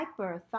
hyperthyroidism